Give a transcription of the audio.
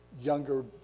younger